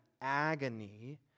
agony